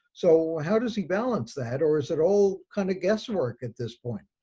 so how does he balance that or is it all kind of guesswork at this point?